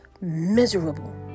miserable